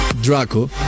Draco